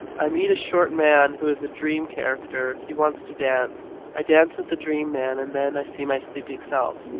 i meet a short man who is a dream character. he wants to dance. i dance with the dream man. and then i see my sleeping self.